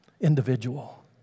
individual